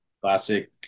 Classic